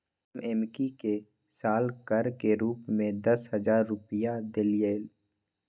हम एम्की के साल कर के रूप में दस हज़ार रुपइया देलियइ